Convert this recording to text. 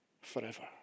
Forever